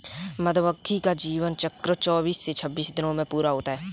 मधुमक्खी का जीवन चक्र चौबीस से छब्बीस दिनों में पूरा होता है